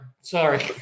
Sorry